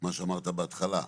מה שאמרת בהתחלה,